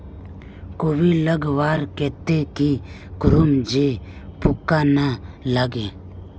कोबी लगवार केते की करूम जे पूका ना लागे?